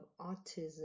autism